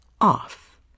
off